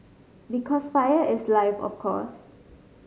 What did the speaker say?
because fire is life of course